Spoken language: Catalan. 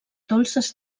dolces